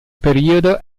periodo